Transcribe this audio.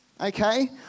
okay